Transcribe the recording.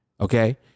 Okay